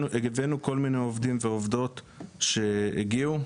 הבאנו כל מיני עובדים ועובדות, שהגיעו.